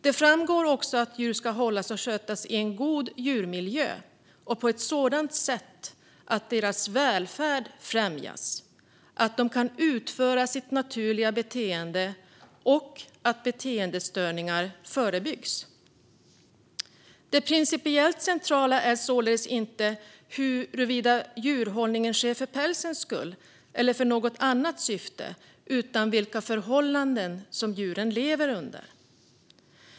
Det framgår också att djur ska hållas och skötas i en god djurmiljö och på ett sådant sätt att deras välfärd främjas, att de kan utföra sitt naturliga beteende och att beteendestörningar förebyggs. Det principiellt centrala är således inte huruvida djurhållningen sker för pälsens skull eller för något annat syfte, utan vilka förhållanden som djuren lever under.